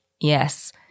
yes